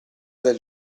del